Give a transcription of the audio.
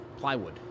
plywood